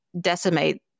decimate